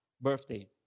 birthday